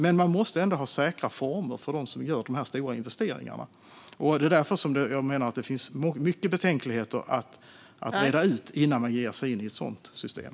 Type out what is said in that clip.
Men man måste ändå ha säkra former för dem som gör dessa stora investeringar. Det är därför jag menar att det finns mycket betänkligheter att reda ut innan man ger sig in i ett sådant system.